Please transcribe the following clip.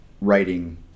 writing